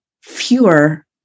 fewer